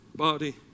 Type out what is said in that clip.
body